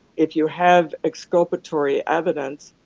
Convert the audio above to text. if you have exculpatory evidence,